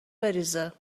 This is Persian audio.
بریزه